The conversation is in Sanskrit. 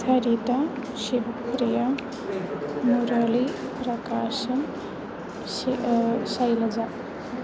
सरिता शिवप्रिया मुरलिः प्रकाशः श् शैलजा